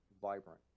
vibrant